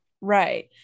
Right